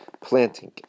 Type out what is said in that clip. planting